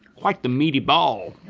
quite the meaty ball.